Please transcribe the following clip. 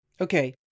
Okay